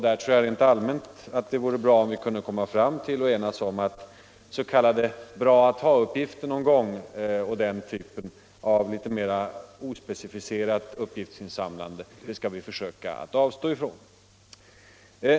Där tror jag rent allmänt att det vore värdefullt om vi kunde komma fram till och enas om att s.k. bra-att-ha-uppgifter och den typen av mera ospecificerat uppgiftsinsamlande skall vi försöka avstå från.